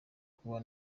kuba